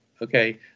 Okay